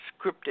scripted